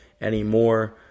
anymore